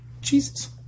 Jesus